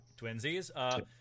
Twinsies